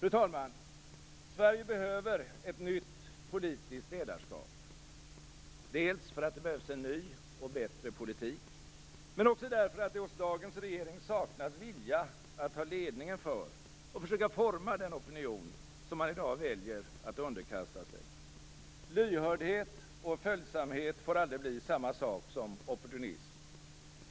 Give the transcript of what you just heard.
Fru talman! Sverige behöver ett nytt politiskt ledarskap. Först och främst därför att det behövs en ny och bättre politik, men också därför att det hos dagens regering saknas vilja att ta ledningen för och försöka forma den opinion som man i dag väljer att underkasta sig. Lyhördhet och följsamhet får aldrig bli samma sak som opportunism.